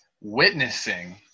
witnessing